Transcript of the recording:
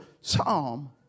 Psalm